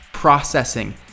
processing